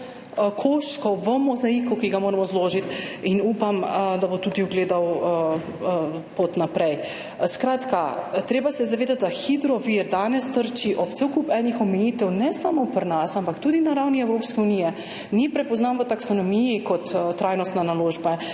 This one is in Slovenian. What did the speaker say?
koščkov v mozaiku, ki ga moramo zložiti, in upam, da bo ugledal tudi pot naprej. Skratka, treba se je zavedati, da hidrovir danes trči ob cel kup enih omejitev, ne samo pri nas, ampak tudi na ravni Evropske unije. V taksonomiji ni prepoznan kot trajnostna naložba,